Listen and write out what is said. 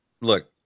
look